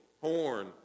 horn